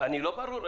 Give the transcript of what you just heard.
אני לא ברור?